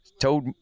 told